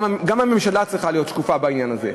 גם הממשלה צריכה להיות שקופה בעניין הזה,